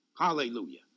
Hallelujah